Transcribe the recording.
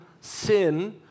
sin